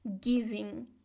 giving